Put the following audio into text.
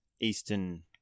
Eastern